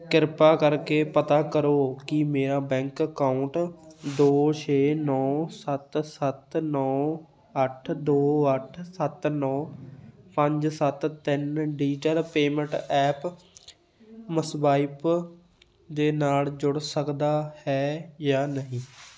ਕਿਰਪਾ ਕਰਕੇ ਪਤਾ ਕਰੋ ਕਿ ਮੇਰਾ ਬੈਂਕ ਅਕਾਊਂਟ ਦੋ ਛੇ ਨੌਂ ਸੱਤ ਸੱਤ ਨੌਂ ਅੱਠ ਦੋ ਅੱਠ ਸੱਤ ਨੌਂ ਪੰਜ ਸੱਤ ਤਿੰਨ ਡਿਜਿਟਲ ਪੇਮੈਂਟ ਐਪ ਮਸਵਾਇਪ ਦੇ ਨਾਲ ਜੁੜ ਸਕਦਾ ਹੈ ਜਾਂ ਨਹੀਂ